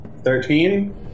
Thirteen